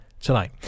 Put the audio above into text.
tonight